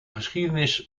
geschiedenis